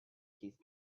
teeth